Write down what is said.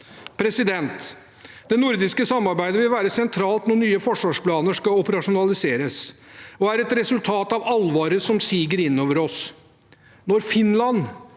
styrkes. Det nordiske samarbeidet vil være sentralt når nye forsvarsplaner skal operasjonaliseres, og er et resultat av alvoret som siger innover oss. Når Finland,